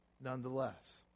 nonetheless